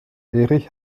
erich